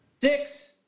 six